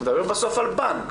הוא מדבר בסוף על בנק.